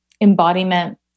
Embodiment